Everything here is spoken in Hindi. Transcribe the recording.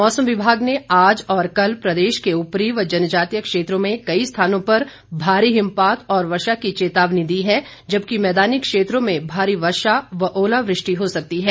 मौसम विभाग ने आज और कल प्रदेश के उपरी व जनजातीय क्षेत्रों में कई स्थानों पर भारी हिमपात और वर्षा की चेतावनी दी है जबकि मैदानी क्षेत्रों में भारी वर्षा और ओलावृष्टि हो सकती है